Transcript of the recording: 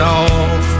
off